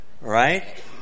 right